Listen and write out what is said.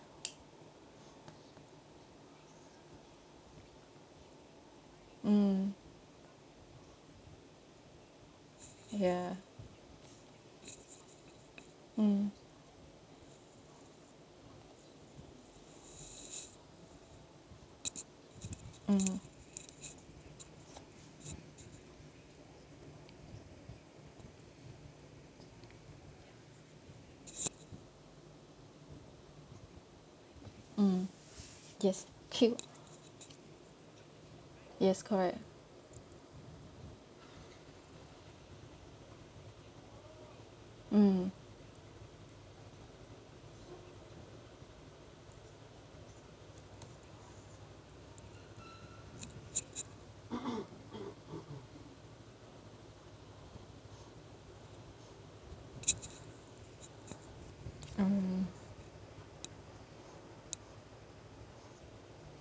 mm ya mm mmhmm mm yes kill yes correct mm mm